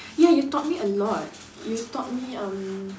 ya you taught me a lot you taught me err